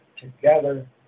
together